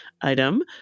item